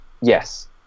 yes